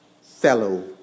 fellow